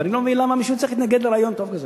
ואני לא מבין למה מישהו צריך להתנגד לרעיון טוב כזה.